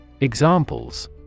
Examples